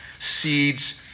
seeds